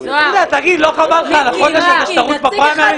תגיד, לא חבל לך על החודש הזה שתרוץ בפריימריס?